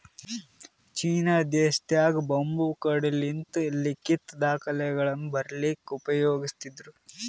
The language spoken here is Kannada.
ಚೀನಾ ದೇಶದಾಗ್ ಬಂಬೂ ಕಡ್ಡಿಲಿಂತ್ ಲಿಖಿತ್ ದಾಖಲೆಗಳನ್ನ ಬರಿಲಿಕ್ಕ್ ಉಪಯೋಗಸ್ತಿದ್ರು